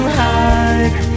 hide